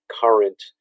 current